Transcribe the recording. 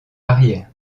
arrière